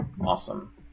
awesome